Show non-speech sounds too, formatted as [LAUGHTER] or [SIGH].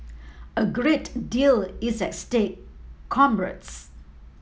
a great deal is at stake [UNINTELLIGIBLE]